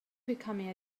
becoming